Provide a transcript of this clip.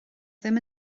ddim